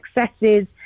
successes